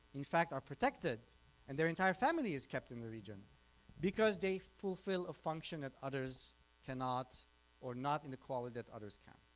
in fact are protected and their entire family is kept in the region because they fulfill a function that others cannot or not in the quality that others can.